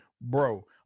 Bro